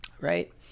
right